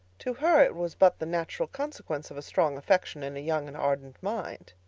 to her it was but the natural consequence of a strong affection in a young and ardent mind.